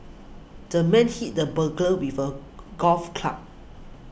the man hit the burglar with a golf club